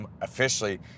officially